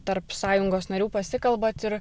tarp sąjungos narių pasikalbat ir